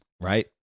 right